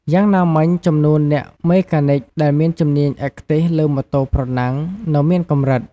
យ៉ាងណាមិញចំនួនអ្នកមេកានិចដែលមានជំនាញឯកទេសលើម៉ូតូប្រណាំងនៅមានកម្រិត។